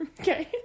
Okay